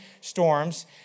storms